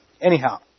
Anyhow